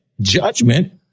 judgment